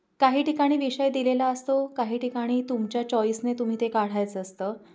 काही ठिकाणी विषय दिलेला असतो काही ठिकाणी तुमच्या चॉईसने तुम्ही ते काढायचं असतं